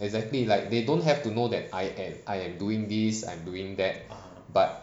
exactly like they don't have to know that I'm doing this I'm doing that but